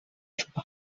sopar